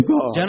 God